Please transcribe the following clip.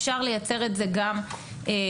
אפשר לייצר את זה גם כאן.